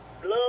Love